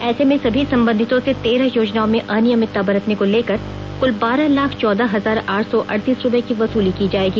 ऐसे में सभी संबंधितों से तेरह योजनाओं में अनियमितता बरतने को लेकर कुल बारह लाख चौदह हजार आठ सौ अडतीस रुपये की वसुली की जायेगी